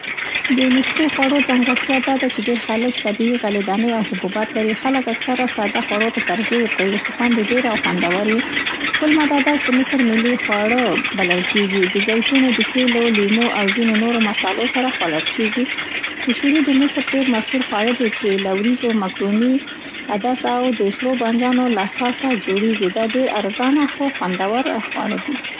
د مصري خوړو ځانګړتیا دا ده چي ډېر خالص، طبیعي، غلې دانې او حبوباتو لري. خلک اکثره ساده خوړو ته ترجیح ورکوي، خو خوند یې ډېر او خوندور وي. فول مدماس د مصر ملي خواړه بلل کېږي. د زیتون د تېلو، لېمو او ځینې نورو مصالو سره خوړل کېږي. کوشري د مصر ډېر مشهور خواړه دي، چي له وریځو، مکروني، عدس او د سرو بانجانو له ساسه جوړېږي. دا ډېر ارزان خو خوندوره خواړه دي.